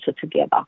together